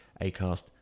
Acast